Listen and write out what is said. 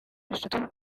eshatu